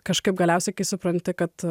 kažkaip galiausiai kai supranti kad